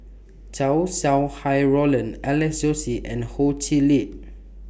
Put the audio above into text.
Chow Sau Hai Roland Alex Josey and Ho Chee Lick